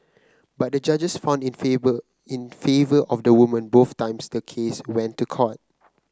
but the judges found in favour in favour of the woman both times the case went to court